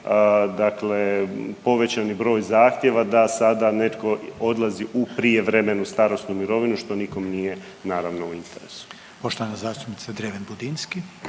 dakle povećani broj zahtjeva da sada netko odlazi u prijevremenu starosnu mirovinu, što nikom nije naravno, u interesu. **Reiner, Željko